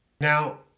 Now